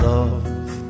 Love